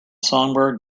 songbird